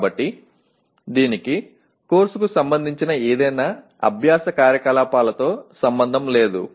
కాబట్టి దీనికి కోర్సుకు సంబంధించిన ఏదైనా అభ్యాస కార్యకలాపాలతో సంబంధం లేదు